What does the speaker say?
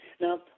Now